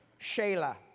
Shayla